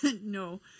No